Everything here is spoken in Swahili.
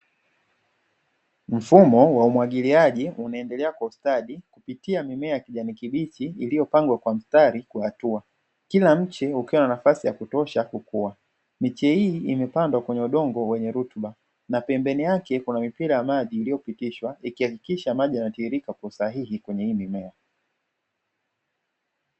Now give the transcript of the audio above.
Mfumo wa umwagiliaji unaendelea kwa ustadi kupitia mimea ya kijani kibichi iliyopangwa kwa mstari kwa hatua. Kila mche ukiwa na nafasi ya kutosha kukua, miche hii imepandwa kwenye udongo wenye rutuba na pembeni yake kuna mipira ya maji iliyopitishwa ikihakikisha maji yanatiririka kwa usahihi kwenye hii mimea.